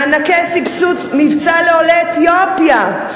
מענקי סבסוד מבצע לעולי אתיופיה,